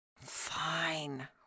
Fine